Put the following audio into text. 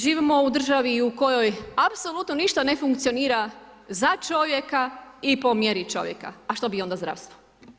Živimo u državi u kojoj apsolutno ništa ne funkcionira za čovjeka i po mjeri čovjeka a što bi onda zdravstvo.